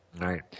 right